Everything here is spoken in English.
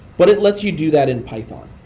but it lets you do that in python.